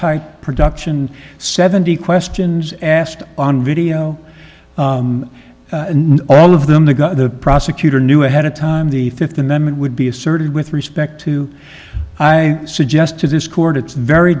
type production seventy questions asked on video and all of them got the prosecutor knew ahead of time the fifth amendment would be asserted with respect to i suggest to this court it's very